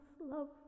love